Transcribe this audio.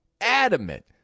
adamant